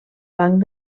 banc